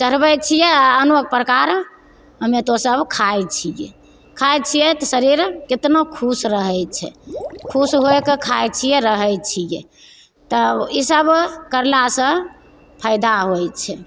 चढ़बैत छियै आ आनो प्रकार अमेटो सब खाइत छियै खाइत छियै तऽ शरीर केतना खुश रहैत छै खुश होइके खाइत छियै रहै छियै तब ई सब करलासँ फैदा होइत छै